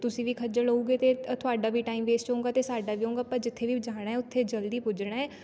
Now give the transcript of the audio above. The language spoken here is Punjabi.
ਤੁਸੀਂ ਵੀ ਖੱਜਲ ਹੋਊਗੇ ਅਤੇ ਤੁਹਾਡਾ ਵੀ ਟਾਈਮ ਵੇਸਟ ਹੋਵੇਗਾ ਅਤੇ ਸਾਡਾ ਵੀ ਹੋਵੇਗਾ ਆਪਾਂ ਜਿੱਥੇ ਵੀ ਜਾਣਾ ਉੱਥੇ ਜਲਦੀ ਪੁੱਜਣਾ